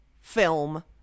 film